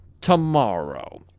tomorrow